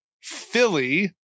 Philly